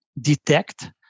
detect